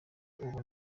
ubu